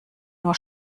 nur